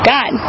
God